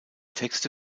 texte